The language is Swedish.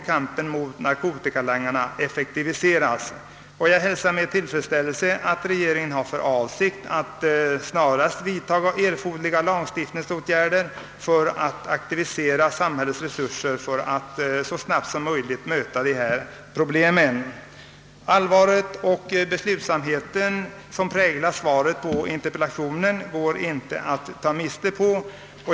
Kampen mot narkotikalangarna måste effektiviseras. Jag hälsar med tillfredsställelse att regeringen har för avsikt att snarast vidta erforderliga lagstiftningsåtgärder och aktivisera samhällets resurser för att snabbt möta dessa problem. Det allvar och den beslutsamhet som präglar svaret på min interpellation går inte att ta miste på.